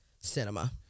cinema